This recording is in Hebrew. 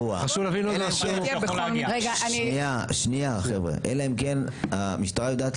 ולהבין רגע אם יש איזושהי סיבה שלא מגדירים מי השר שממונה על זה.